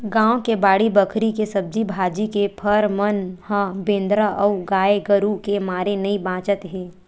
गाँव के बाड़ी बखरी के सब्जी भाजी, के फर मन ह बेंदरा अउ गाये गरूय के मारे नइ बाचत हे